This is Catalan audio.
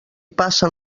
passen